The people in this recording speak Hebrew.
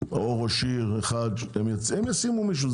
או ראש עיר אחד ש- הם ישימו מישהו,